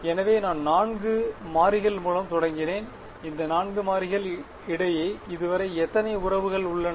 எனவே நான் 4 மாறிகள் மூலம் தொடங்கினேன் இந்த 4 மாறிகள் இடையே இதுவரை எத்தனை உறவுகள் உள்ளன